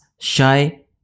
shy